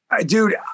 Dude